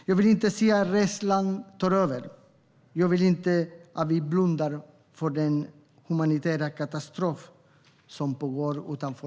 Jag vill inte se att rädslan tar över. Jag vill inte att vi blundar för den humanitära katastrof som pågår.